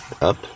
up